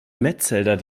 metzelder